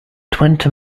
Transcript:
twenty